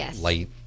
light